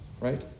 right